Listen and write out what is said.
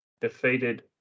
defeated